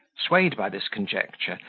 swayed by this conjecture,